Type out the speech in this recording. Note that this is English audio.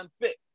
unfit